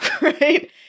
right